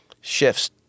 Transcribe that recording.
shifts